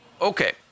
Okay